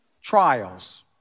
trials